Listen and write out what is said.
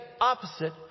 opposite